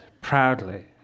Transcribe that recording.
proudly